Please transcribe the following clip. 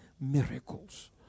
miracles